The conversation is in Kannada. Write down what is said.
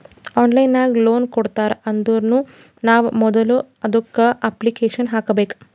ಆನ್ಲೈನ್ ನಾಗ್ ಲೋನ್ ಕೊಡ್ತಾರ್ ಅಂದುರ್ನು ನಾವ್ ಮೊದುಲ ಅದುಕ್ಕ ಅಪ್ಲಿಕೇಶನ್ ಹಾಕಬೇಕ್